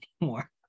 anymore